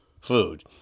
food